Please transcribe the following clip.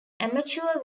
amateur